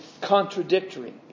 contradictory